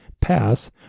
pass